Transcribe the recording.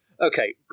Okay